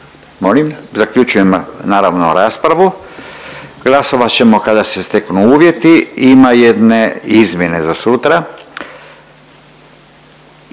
Zaključujem naravno raspravu, glasovat ćemo kada se steknu uvjeti. Ima jedne izmjene za sutra